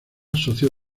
socio